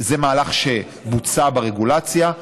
זה מהלך שבוצע ברגולציה.